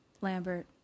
Lambert